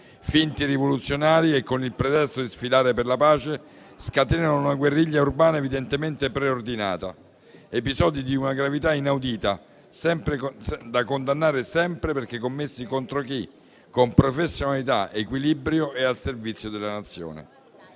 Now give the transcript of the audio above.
finti rivoluzionari che, con il pretesto di sfilare per la pace, scatenano una guerriglia urbana evidentemente preordinata. Sono episodi di una gravità inaudita, da condannare sempre perché commessi contro chi, con professionalità ed equilibrio, è al servizio della Nazione.